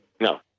No